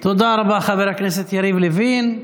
טוב, תודה רבה, חבר הכנסת יריב לוין.